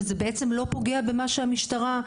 וזה בעצם לא פוגע במה שהמשטרה מבקשת.